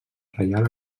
reial